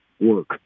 work